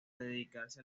dedicarse